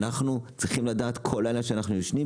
אנחנו צריכים לדעת כל לילה כשאנחנו ישנים,